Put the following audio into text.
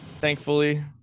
thankfully